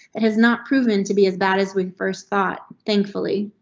it has not proven to be as bad as we first thought. thankfully,